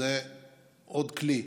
זום זה עוד כלי,